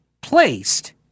placed